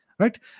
Right